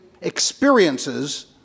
experiences